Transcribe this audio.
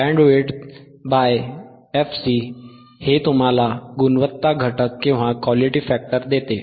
bandwidth fC हे तुम्हाला गुणवत्ता घटक देते